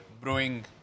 brewing